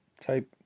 type